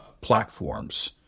platforms